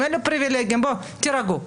תירגעו.